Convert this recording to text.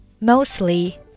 Mostly